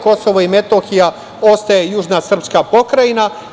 Kosovo i Metohija ostaje južna srpska pokrajina.